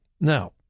Now